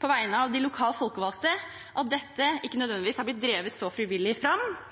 på vegne av de lokalt folkevalgte at dette ikke nødvendigvis er blitt drevet så frivillig og så velvillig fram